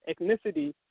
ethnicity